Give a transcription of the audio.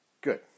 Good